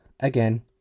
Again